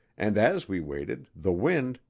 and as we waited the wind,